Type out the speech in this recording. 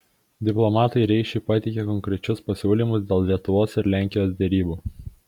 diplomatai reišiui pateikė konkrečius pasiūlymus dėl lietuvos ir lenkijos derybų